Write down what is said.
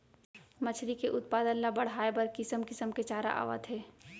मछरी के उत्पादन ल बड़हाए बर किसम किसम के चारा आवत हे